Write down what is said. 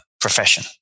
profession